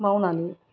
मावनानै